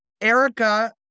Erica